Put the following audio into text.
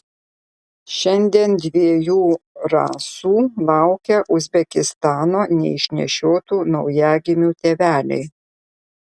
šiandien dviejų rasų laukia uzbekistano neišnešiotų naujagimių tėveliai